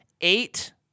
eight